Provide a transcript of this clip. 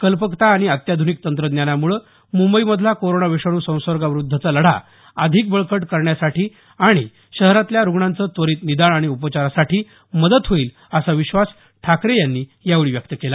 कल्पकता आणि अत्याध्निक तंत्रज्ञानामुळे मुंबईमधला कोरोना विषाणू संसर्गाविरुद्धचा लढा अधिक बळकट करण्यासाठी आणि शहरातल्या रुग्णांचं त्वरित निदान आणि उपचारासाठी मदत होईल असा विश्वास ठाकरे यांनी यावेळी व्यक्त केला